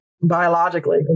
biologically